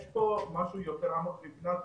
יש פה משהו יותר עמוק מבחינת